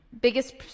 Biggest